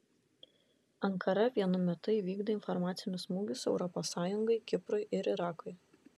ankara vienu metu įvykdė informacinius smūgius europos sąjungai kiprui ir irakui